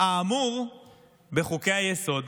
האמור בחוקי-היסוד,